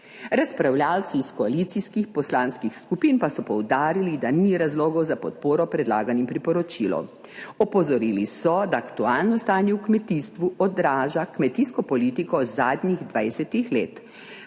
Razpravljavci iz koalicijskih poslanskih skupin pa so poudarili, da ni razlogov za podporo predlaganim priporočilom. Opozorili so, da aktualno stanje v kmetijstvu odraža kmetijsko politiko zadnjih 20-ih let.